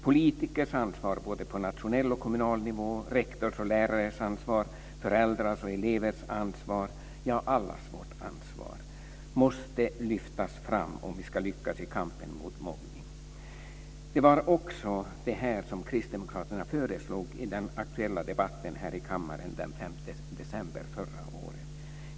Politikers ansvar, både på nationell och kommunal nivå, rektors och lärares ansvar, föräldrars och elevers ansvar - ja, allas vårt ansvar - måste lyftas fram om vi ska lyckas i kampen mot mobbning. Det var också det som kristdemokraterna föreslog i den aktuella debatten här i kammaren den 5 december förra året.